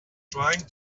trying